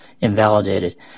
invalidated